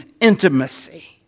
intimacy